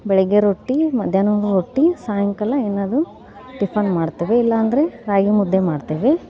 ಬೆಳಗ್ಗೆ ರೊಟ್ಟಿ ಮಧ್ಯಾಹ್ನವೂ ರೊಟ್ಟಿ ಸಾಯಂಕಾಲ ಏನಾದ್ರೂ ಟಿಫನ್ ಮಾಡ್ತೇವೆ ಇಲ್ಲ ಅಂದ್ರೆ ರಾಗಿ ಮುದ್ದೆ ಮಾಡ್ತೇವೆ